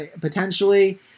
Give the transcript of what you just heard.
potentially